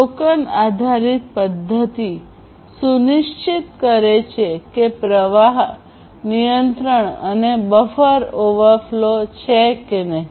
token આધારિત પદ્ધતિ સુનિશ્ચિત કરે છે કે પ્રવાહ નિયંત્રણ અને બફર ઓવરફ્લો છે કે નહીં